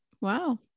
Wow